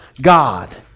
God